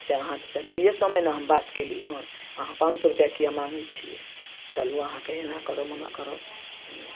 से अहाँ से दुइए सओमे ने हम बात कएली हँ अहाँ पाँच सओ रुपैआ किएक माँगै छिए चलू अहाँके एना करब ओना करब